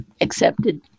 accepted